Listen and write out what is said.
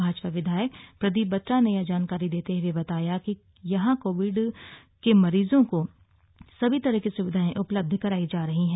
भाजपा विधायक प्रदीप बत्रा ने यह जानकारी देते हुए बताया कि यहां कोविड के मरीजों को सभी तरह की सुविधाएं उपलब्ध करायी जा रही है